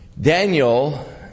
Daniel